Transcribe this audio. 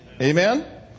Amen